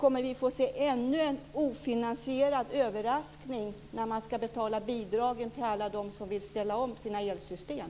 Kommer vi att få ännu en ofinansierad överraskning när man skall betala bidragen till alla dem som vill ställa om sina elsystem?